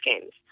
games